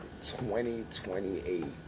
2028